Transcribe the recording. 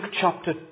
chapter